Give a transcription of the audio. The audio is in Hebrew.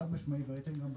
חד משמעית וראיתם גם בגרף,